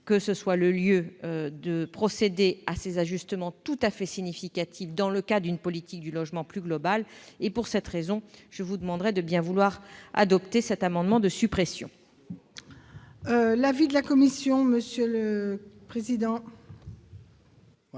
que ce soit le lieu pour procéder à des ajustements tout à fait significatifs dans le cadre d'une politique du logement plus globale. Pour cette raison, je vous demanderai de bien vouloir adopter cet amendement de suppression. Quel est l'avis de la commission ? Nos collègues ont